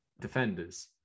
defenders